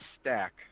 stack